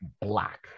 black